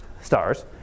stars